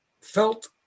felt